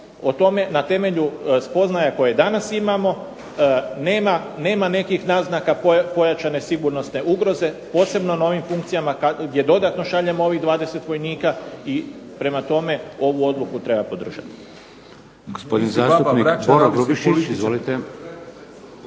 o tome na temelju spoznaje koje danas imamo, nema nekih naznaka pojačane sigurnosne ugroze posebno na ovim funkcijama gdje dodatno šaljemo ovih 20 vojnika i prema tome ovu odluku treba podržati.